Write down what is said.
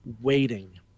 waiting